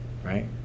right